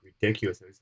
ridiculous